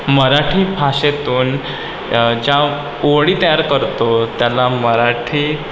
मराठी भाषेतून ज्या ओळी तयार करतो त्याला मराठीत